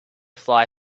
fly